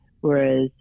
Whereas